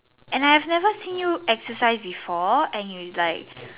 and I have never see you exercise before and you like